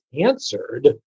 answered